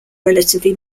relatively